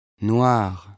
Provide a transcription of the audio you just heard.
noir